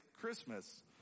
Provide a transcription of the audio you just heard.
Christmas